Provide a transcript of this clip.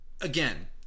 Again